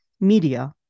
media